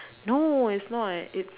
no is not its